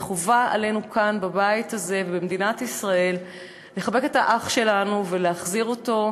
וחובה עלינו כאן בבית הזה ובמדינת ישראל לחבק את האח שלנו ולהחזיר אותו,